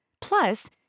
Plus